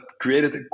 created